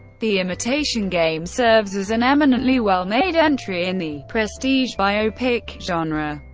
the imitation game serves as an eminently well-made entry in the prestige biopic genre.